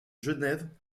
genève